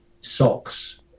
socks